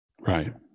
right